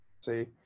see